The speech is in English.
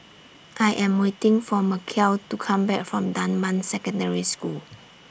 I Am waiting For Mechelle to Come Back from Dunman Secondary School